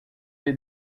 lhe